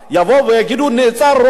נעצר ראש עיר,